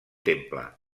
temple